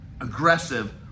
aggressive